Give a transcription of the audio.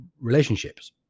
relationships